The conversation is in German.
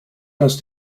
dass